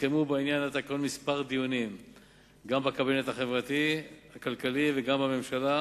התקיימו בעניין התקנות כמה דיונים גם בקבינט החברתי-הכלכלי וגם בממשלה,